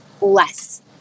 less